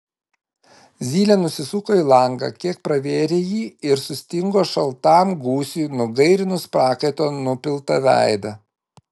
zylė nusisuko į langą kiek pravėrė jį ir sustingo šaltam gūsiui nugairinus prakaito nupiltą veidą